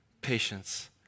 patience